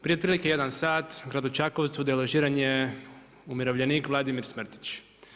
Prije otprilike jedan sat u gradu Čakovcu deložiran je umirovljenik Vladimir Smrtić.